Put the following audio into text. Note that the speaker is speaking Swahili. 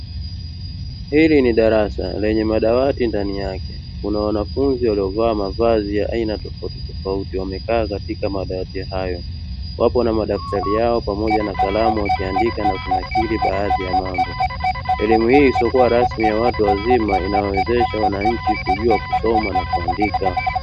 Hili ni darasa lenye madawati ndani yake kuna wanafunzi waliovaa mavazi ya aina tofauti tofauti wamekaa katika madawati hayo wapo na madaftari yao pamoja na kalamu wakiandika na kunakiri baadhi ya mambo, elimu hii isiyokuwa rasmi ya watu wazima inawawezesha wananchi kujua kusoma na kuandika.